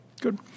Good